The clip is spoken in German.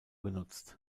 genutzt